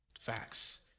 Facts